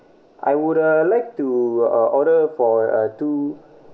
I would uh like to uh order for uh two